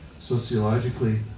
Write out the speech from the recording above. sociologically